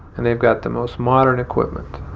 and they've got the most modern equipment,